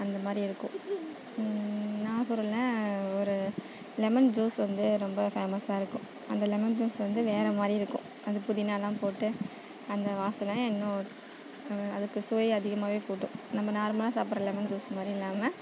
அந்த மாதிரி இருக்கும் நாகூரில் ஒரு லெமன் ஜூஸ் வந்து ரொம்ப ஃபேமஸாக இருக்கும் அந்த லெமன் ஜூஸ் வந்து வேற மாதிரி இருக்கும் அது புதினாலாம் போட்டு அந்த வாசனை இன்னும் அதுக்கு சுவை அதிகமாக கூட்டும் நம்ம நார்மலாக சாப்புடுற லெமன் ஜூஸ் மாதிரி இல்லாமல்